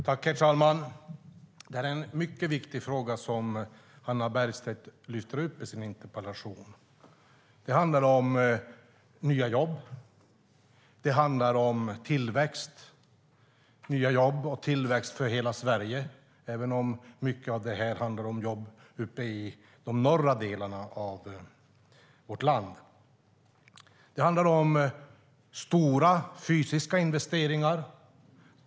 Herr talman! Det är en mycket viktig fråga som Hannah Bergstedt lyfter upp i sin interpellation. Det handlar om nya jobb och tillväxt. Det handlar om nya jobb och tillväxt i hela Sverige, även om mycket av detta handlar om jobb uppe i de norra delarna av vårt land. Det handlar om stora fysiska investeringar.